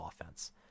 offense